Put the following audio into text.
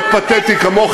הפרטת, עשית המון.